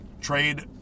Trade